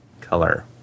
color